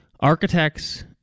Architects